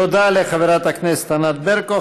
תודה לחברת הכנסת ענת ברקו.